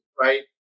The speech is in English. right